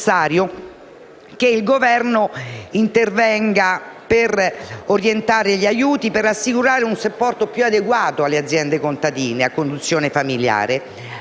che il Governo intervenga per orientare gli aiuti e assicurare un supporto più adeguato alle aziende contadine a conduzione famigliare,